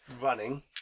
running